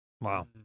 Wow